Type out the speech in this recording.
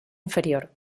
inferior